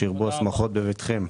שירבו השמחות בביתכם.